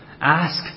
ask